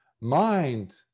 mind